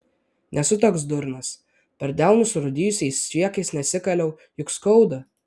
nesu toks durnas per delnus surūdijusiais cviekais nesikaliau juk skauda